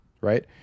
right